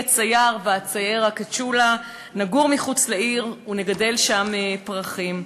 צייר ואצייר רק את שולה,/ נגור מחוץ לעיר ונגדל שם פרחים".